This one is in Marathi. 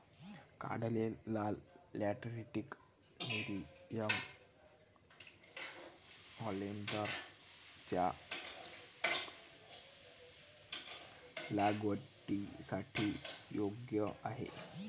काढलेले लाल लॅटरिटिक नेरियम ओलेन्डरच्या लागवडीसाठी योग्य आहे